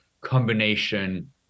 combination